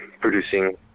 producing